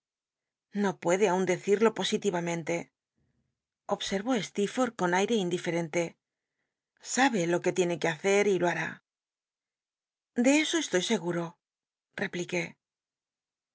i'lo puede aun decido posi tirathcntc obsctvó sl rl'l'otlh con aite indiferente sabe lo que tiene que hacer y lo barü de eso estoy seguro epliqué